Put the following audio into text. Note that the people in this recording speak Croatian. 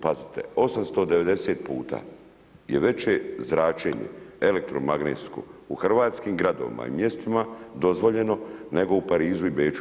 Pazite, 890 puta je veće zračenje elektromagnetsko u hrvatskim gradovima i mjestima dozvoljeno nego u Parizu i Beču.